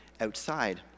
outside